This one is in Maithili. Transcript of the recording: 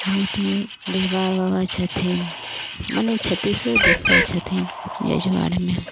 बहुत डीहबार बाबा छथिन मने छत्तीसो देवता छथिन जजुवारमे